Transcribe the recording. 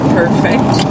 perfect